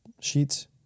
Sheets